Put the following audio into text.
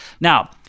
Now